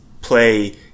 play